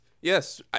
Yes